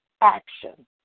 Action